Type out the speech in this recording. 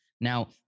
Now